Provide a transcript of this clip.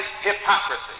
hypocrisy